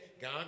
God